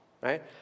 right